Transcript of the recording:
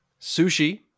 Sushi